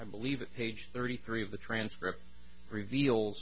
i believe page thirty three of the transcript reveal